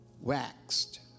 waxed